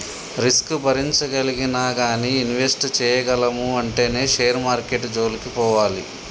risk భరించగలిగినా గానీ invest చేయగలము అంటేనే షేర్ మార్కెట్టు జోలికి పోవాలి